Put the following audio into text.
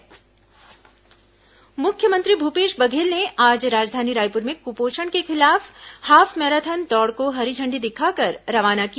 half marathon मुख्यमंत्री भूपेश बघेल ने आज राजधानी रायपुर में कुपोषण के खिलाफ हाफ मैराथन दौड़ को हरी झण्डी दिखाकर रवाना किया